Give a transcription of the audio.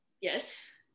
yes